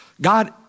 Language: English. God